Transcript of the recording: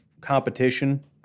competition